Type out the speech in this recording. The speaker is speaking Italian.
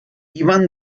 ivan